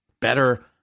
better